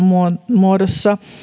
muodossa